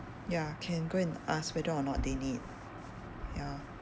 ya can go and ask whether or not they need ya